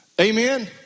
Amen